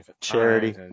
Charity